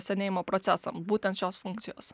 senėjimo procesam būtent šios funkcijos